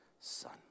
son